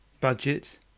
budget